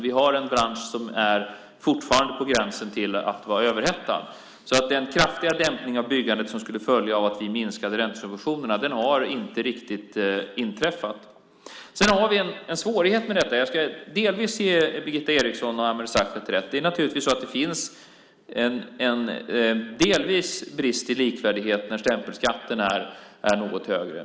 Vi har en bransch som fortfarande är på gränsen till att vara överhettad. Den kraftiga dämpning av byggandet som skulle följa av att vi minskade räntesubventionerna har alltså inte riktigt inträffat. Sedan har vi en svårighet i detta. Jag ska delvis ge Birgitta Eriksson och Ameer Sachet rätt. Det är naturligtvis så att det i viss mån finns en brist i likvärdighet när stämpelskatten är något högre.